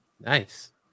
Nice